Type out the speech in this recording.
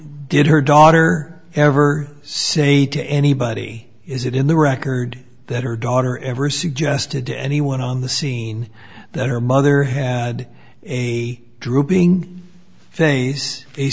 did her daughter ever say to anybody is it in the record that her daughter ever suggested to anyone on the scene that her mother had a drooping thing